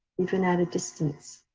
even at a distance.